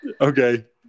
okay